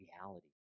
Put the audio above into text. reality